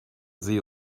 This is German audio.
sie